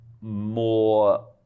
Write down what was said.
more